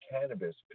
cannabis